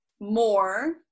more